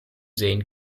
sehen